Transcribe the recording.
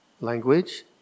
language